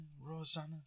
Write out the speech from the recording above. Rosanna